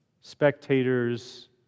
spectators